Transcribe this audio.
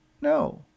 No